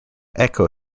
echo